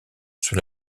sur